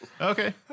Okay